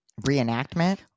reenactment